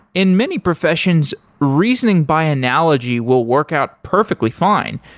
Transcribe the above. in many professions, reasoning by analogy will work out perfectly fine.